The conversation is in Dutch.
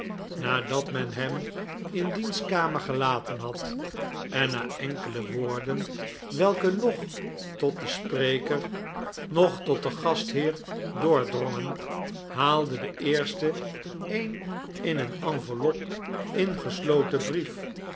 nadat men hem in diens kamer gelaten had en na enkele woorden welke noch tot den spreker noch tot den gastheer doordrongen haalde de eerste een in een enveloppe ingesloten brief